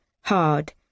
hard